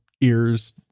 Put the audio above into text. ears